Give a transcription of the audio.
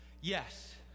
Yes